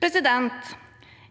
i skolen.